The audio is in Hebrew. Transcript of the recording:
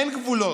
אין גבולות,